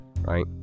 right